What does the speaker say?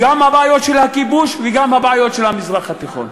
גם את בעיות הכיבוש וגם את בעיות המזרח התיכון.